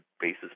basis